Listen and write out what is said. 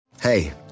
Hey